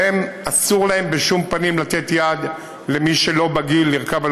אסור להם בשום פנים לתת יד למי שלא בגיל לרכוב על